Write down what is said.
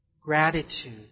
gratitude